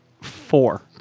Four